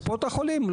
קופות החולים,